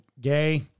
Gay